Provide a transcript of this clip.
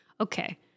okay